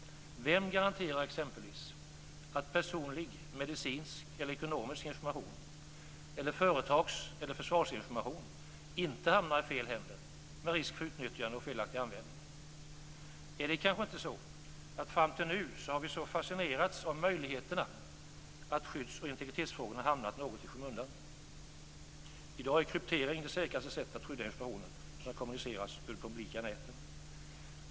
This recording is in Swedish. Vem garanterar exempelvis att personlig, medicinsk eller ekonomisk information eller företags eller försvarsinformation inte hamnar i fel händer, med risk för utnyttjande och felaktig användning? Är det inte så att vi fram tills nu i så hög grad har fascinerats av möjligheterna att skydds och integritetsfrågorna hamnat något i skymundan? I dag är kryptering det säkraste sättet att skydda information som kommuniceras över de publika näten.